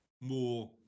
More